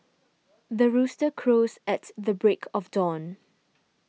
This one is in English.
the rooster crows at the break of dawn